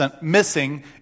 missing